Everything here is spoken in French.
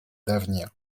d’avenir